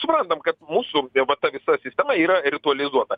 suprantam kad mūsų va ta visa sistema yra ritualizuota